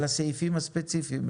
על הסעיפים הספציפיים,